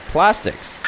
Plastics